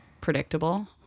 predictable